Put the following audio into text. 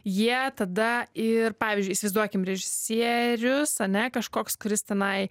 jie tada ir pavyzdžiui įsivaizduokim režisierius ane kažkoks kuris tenai